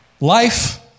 Life